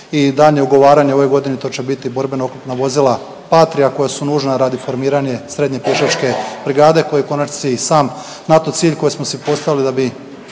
i daljnje ugovaranje u ovoj godini to će biti borbenog vozila Patria koja su nužna radi formiranja srednje pješačke brigade koji je u konačnici i sam NATO cilj koji smo si postavili da bi